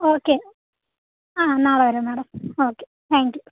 okay ആ നാളെ വരാം മേഡം ഓക്കെ താങ്ക് യൂ